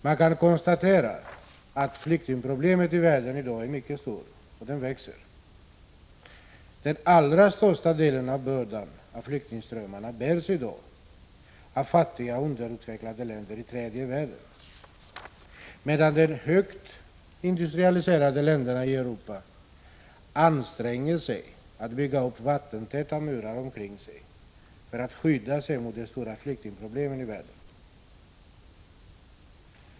Man kan konstatera att flyktingproblemet i världen i dag är mycket stort och att det växer. Den allra största delen av bördan av flyktingströmmarna bärs i dag av fattiga och underutvecklade länder i tredje världen, medan de högt industrialiserade länderna i Europa anstränger sig att bygga upp murar omkring sig för att skydda sig mot de stora flyktingproblemen i världen.